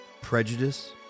Prejudice